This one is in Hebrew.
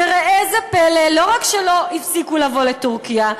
וראה זה פלא, לא רק שלא הפסיקו לבוא לטורקיה,